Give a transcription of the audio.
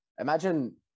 Imagine